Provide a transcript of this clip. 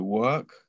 work